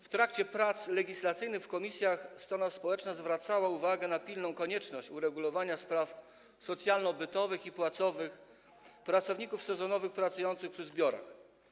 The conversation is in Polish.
W trakcie prac legislacyjnych w komisjach strona społeczna zwracała uwagę na pilną konieczność uregulowania spraw socjalno-bytowych i płacowych pracowników sezonowych pracujących przy zbiorach.